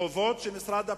חובות של משרד הפנים,